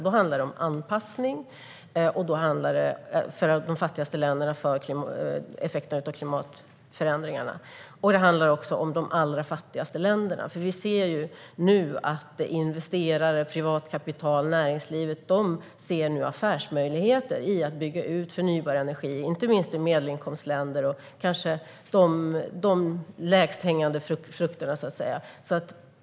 Det handlar om de fattigaste ländernas anpassning till effekterna av klimatförändringarna, och det handlar om de allra fattigaste länderna. Vi ser nu att investerare, privat kapital och näringsliv ser affärsmöjligheter i att bygga ut förnybar energi, inte minst i medelinkomstländer och där de så att säga lägst hängande frukterna finns.